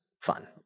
fun